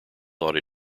thought